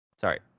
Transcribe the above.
Sorry